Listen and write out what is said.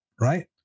right